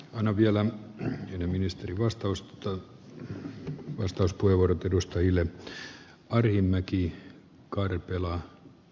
on vielä riviministerin vastaus toi vastauspuheenvuorot edustajille on tästä